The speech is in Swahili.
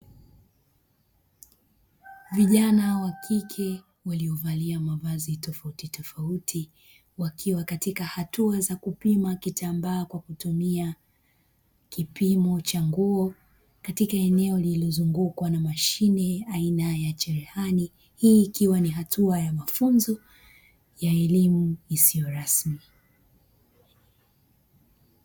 Vijana wa kike waliovalia mavazi tofautitofauti, wakiwa katika hatua za kupima kitambaa kwa kutumia kipimo cha nguo katika eneo lililozungukwa na mashine aina ya cherehani. Hii ikiwa ni hatua ya mafunzo ya elimu isiyo rasmi.